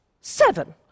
Seven